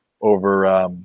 over